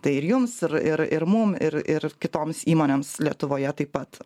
tai ir jums ir ir ir mum ir ir kitoms įmonėms lietuvoje taip pat